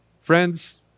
Friends